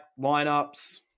lineups